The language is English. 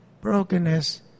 Brokenness